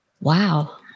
wow